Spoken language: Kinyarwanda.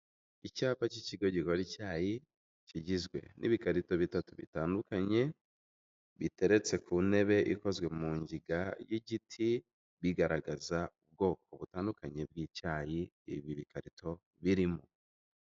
iIcyapa cy'ikigo gikora icyayi kigizwe n'ibikarito bitatu bitandukanye biteretse ku ntebe ikozwe mu ngiga y'igiti, bigaragaza ubwoko butandukanye bw'icyayi ibi bikarito birimo.